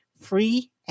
free